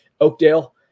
Oakdale